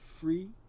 free